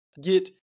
Get